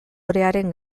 orearen